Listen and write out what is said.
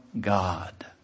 God